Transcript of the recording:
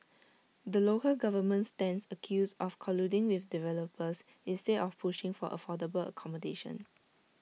the local government stands accused of colluding with developers instead of pushing for affordable accommodation